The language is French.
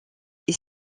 est